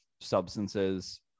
substances